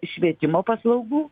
švietimo paslaugų